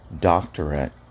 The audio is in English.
doctorate